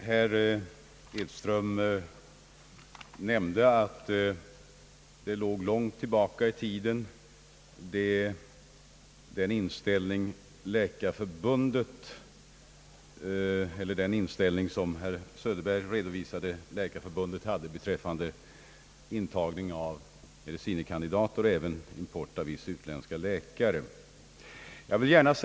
Herr Edström nämnde att Läkarförbundets tidigare restriktiva inställning till intagning av medicine kandidater och import av utländska läkare låg långt tillbaka i tiden.